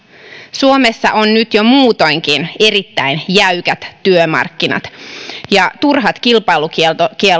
suomessa on nyt jo muutoinkin erittäin jäykät työmarkkinat ja turhat kilpailukiellot